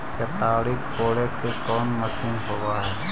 केताड़ी कोड़े के कोन मशीन होब हइ?